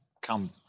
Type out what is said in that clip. come